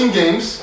games